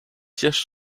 sièges